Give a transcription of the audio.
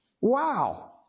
Wow